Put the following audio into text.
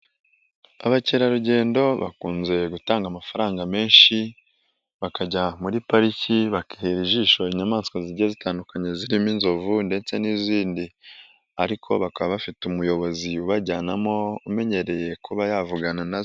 Abakerarugendo bakunze gutanga amafaranga menshi, bakajya muri pariki bakihera ijisho inyamaswa zijya zitandukanye, zirimo inzovu ndetse n'izindi, ariko bakaba bafite umuyobozi ubajyanamo umenyereye kuba yavugana nazo.